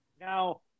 Now